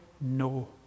no